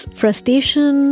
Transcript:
frustration